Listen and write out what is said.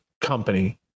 company